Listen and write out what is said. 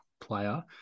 player